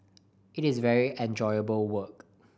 it is very enjoyable work